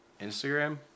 Instagram